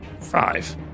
five